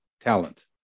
talent